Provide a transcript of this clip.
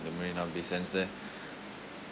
the marina bay sands there